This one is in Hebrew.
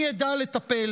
אני אדע לטפל